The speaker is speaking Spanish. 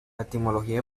etimología